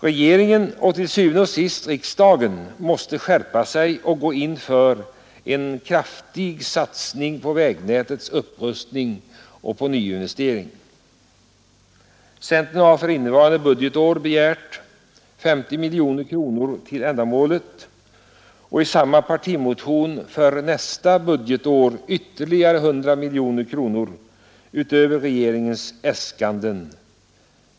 Regeringen och til syvende og sidst riksdagen måste skärpa sig och gå in för en kraftig satsning på vägnätets upprustning och på nyinvesteringar. Centern har för innevarande budgetår begärt 50 miljoner kronor till ändamålet och i samma partimotion för nästa budgetår ytterligare 100 miljoner kronor utöver regeringens äskanden.